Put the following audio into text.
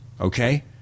okay